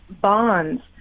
bonds